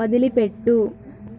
వదిలిపెట్టు